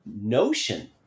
notion